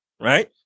right